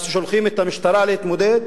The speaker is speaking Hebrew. אז שולחים את המשטרה להתמודד?